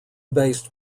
based